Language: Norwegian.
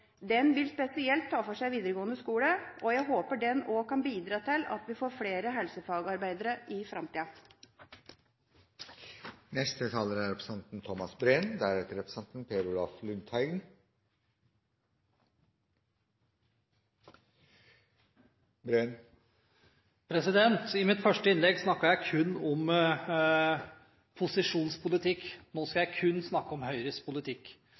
Den vil spesielt ta for seg videregående skole, og jeg håper den også kan bidra til at vi får flere helsefagarbeidere i framtida. I mitt første innlegg snakket jeg kun om posisjonens politikk. Nå skal jeg kun snakke om Høyres politikk.